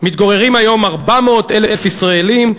מתגוררים היום 400,000 ישראלים,